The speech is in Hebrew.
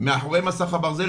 מנהלת הוועדה,